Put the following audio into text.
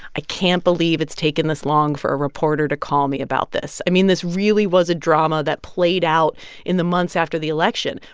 i can't believe it's taken this long for a reporter to call me about this. i mean, this really was a drama that played out in the months after the election.